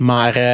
Maar